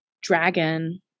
Dragon